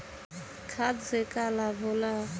खाद्य से का लाभ होला?